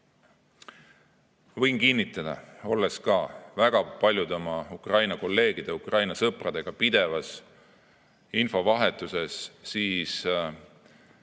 Võin kinnitada, olles ka väga paljude oma Ukraina kolleegide, Ukraina sõpradega pidevas infovahetuses, et